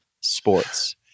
sports